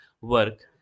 work